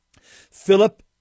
Philip